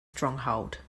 stronghold